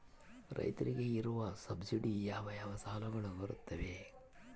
ರೈತರಿಗೆ ಇರುವ ಸಬ್ಸಿಡಿ ಯಾವ ಯಾವ ಸಾಲಗಳು ಬರುತ್ತವೆ?